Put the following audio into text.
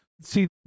See